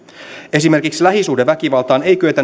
esimerkiksi lähisuhdeväkivaltaan ei kyetä